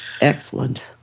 Excellent